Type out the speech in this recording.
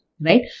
right